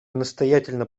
настоятельно